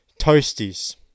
toasties